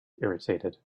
irritated